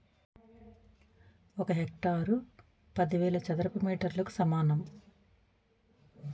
ఒక హెక్టారు పదివేల చదరపు మీటర్లకు సమానం